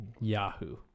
Yahoo